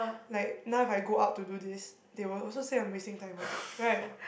like now if I go out to do this they will also say I'm wasting time what right